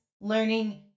Learning